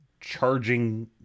charging